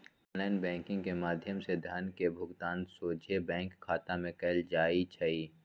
online banking के माध्यम से धन के भुगतान सोझे बैंक खता में कएल जाइ छइ